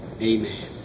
Amen